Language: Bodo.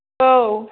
औ